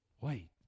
Wait